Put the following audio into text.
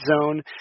Zone